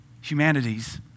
humanities